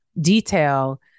detail